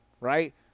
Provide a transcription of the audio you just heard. right